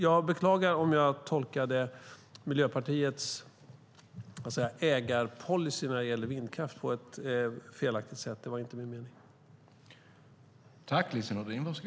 Jag beklagar om jag tolkade Miljöpartiets ägarpolicy när det gäller vindkraft på ett felaktigt sätt. Det var inte min mening.